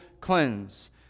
cleanse